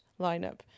lineup